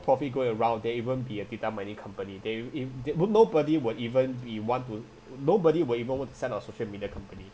probably going around there even be a data mining company they if they no nobody would even be want to nobody would even want to send our social media company